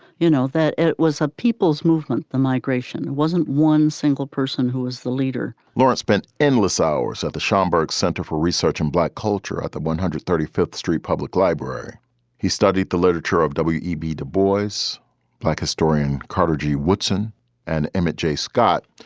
you know that it was a people's movement. the migration wasn't one single person who was the leader lawrence spent endless hours at the schomburg center for research in black culture at the one hundred and thirty fifth street public library he studied the literature of w e b. dubois, black historian carter g. woodson and emmett j. scott,